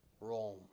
Rome